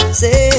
say